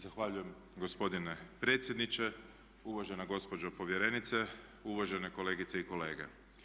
Zahvaljujem gospodine predsjedniče, uvažena gospođo povjerenice, uvažene kolegice i kolege.